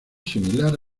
similar